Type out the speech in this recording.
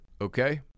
okay